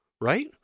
right